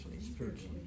Spiritually